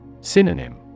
Synonym